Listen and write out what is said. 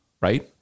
right